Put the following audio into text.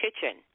Kitchen